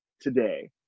today